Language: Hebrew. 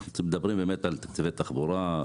אנחנו מדברים על תקציבי תחבורה.